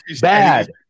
Bad